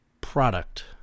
product